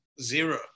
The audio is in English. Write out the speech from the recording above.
zero